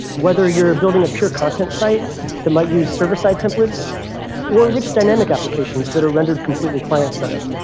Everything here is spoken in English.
whether you're building a pure content site that might use server side templates or rich dynamic applications that are rendered completely client side,